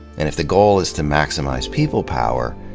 and if the goal is to maximize people power,